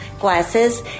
glasses